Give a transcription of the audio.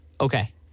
Okay